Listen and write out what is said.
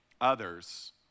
others